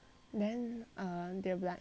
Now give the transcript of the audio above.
then err they will be like